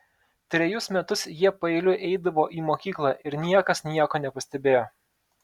trejus metus jie paeiliui eidavo į mokyklą ir niekas nieko nepastebėjo